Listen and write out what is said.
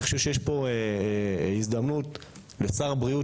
אני חושב שיש פה הזדמנות לשר בריאות,